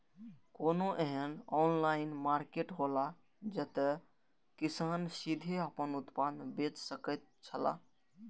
कोनो एहन online market हौला जते किसान सीधे आपन उत्पाद बेच सकेत छला?